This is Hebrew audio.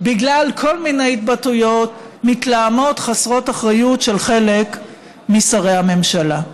בגלל כל מיני התבטאויות מתלהמות חסרות אחריות של חלק משרי הממשלה.